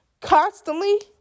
constantly